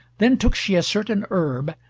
then took she a certain herb,